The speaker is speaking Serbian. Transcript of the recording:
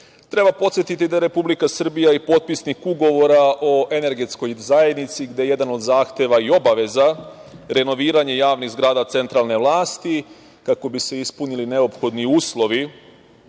Treba podsetiti da je Republika Srbija i potpisnik ugovora o energetskoj zajednici, gde je jedan od zahteva i obaveza renoviranje javnih zgrada centralne vlasti, kako bi se ispunili neophodni uslovi